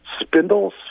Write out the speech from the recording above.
spindles